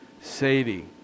Sadie